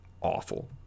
awful